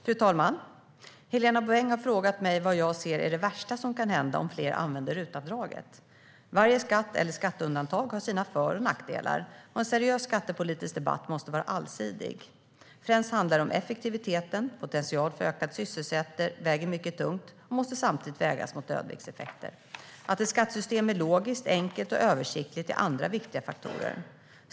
Fru talman! Helena Bouveng har frågat mig vad jag ser är det värsta som kan hända om fler använder RUT-avdraget. Varje skatt, eller skatteundantag, har sina för och nackdelar, och en seriös skattepolitisk debatt måste vara allsidig. Främst handlar det om effektiviteten - potentialen för ökad sysselsättning väger mycket tungt och måste samtidigt vägas mot dödviktseffekter. Att ett skattesystem är logiskt, enkelt och översiktligt är andra viktiga faktorer.